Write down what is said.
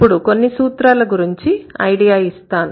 ఇప్పుడు కొన్ని సూత్రాల గురించి ఐడియా ఇస్తాను